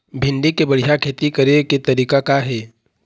भिंडी के बढ़िया खेती करे के तरीका का हे?